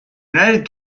united